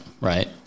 right